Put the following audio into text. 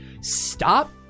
stop